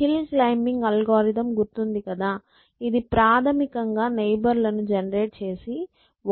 hill climbing algorithm గుర్తుంది కదా ఇది ప్రాథమికంగా నైబర్ లను జెనెరేట్ చేసి